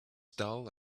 dull